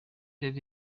rero